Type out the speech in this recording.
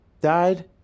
died